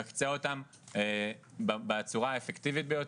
יקצה אותם בצורה האפקטיבית ביותר.